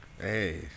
Hey